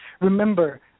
Remember